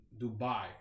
Dubai